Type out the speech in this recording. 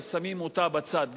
שמים אותה בצד,